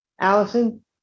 Allison